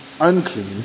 unclean